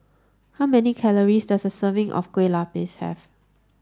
how many calories does a serving of Kue Lupis have